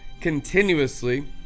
continuously